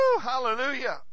hallelujah